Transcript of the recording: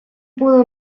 pudo